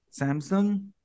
Samsung